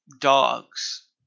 dogs